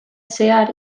zehar